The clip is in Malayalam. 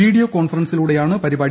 വീഡിയോ കോൺഫറൻസിലൂടെയാണ് പരിപാടി